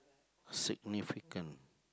significant